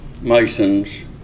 masons